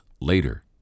later